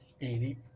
David